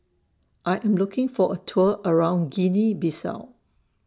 I Am looking For A Tour around Guinea Bissau